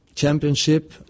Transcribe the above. championship